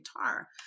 guitar